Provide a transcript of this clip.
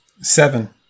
seven